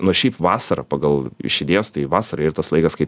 nu šiaip vasarą pagal iš idėjos tai vasara yra tas laikas kai